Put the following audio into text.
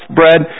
bread